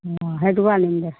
অ সেইটোও আনিম দে